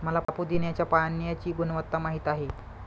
मला पुदीन्याच्या पाण्याची गुणवत्ता माहित आहे